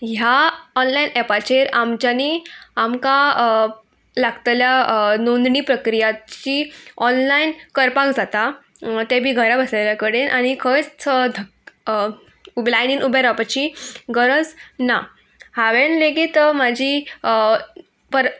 ह्या ऑनलायन ऍपाचेर आमच्यानी आमकां लागतल्या नोंदणी प्रक्रियाची ऑनलायन करपाक जाता तें बी घरा बसलेल्या कडेन आनी खंयच धक लायनीन उबे रावपाची गरज ना हांवेन लेगीत म्हाजी पर